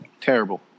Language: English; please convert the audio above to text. terrible